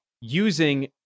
using